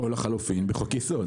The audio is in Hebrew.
לחילופין בחוק-יסוד.